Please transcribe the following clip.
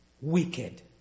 Wicked